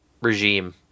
regime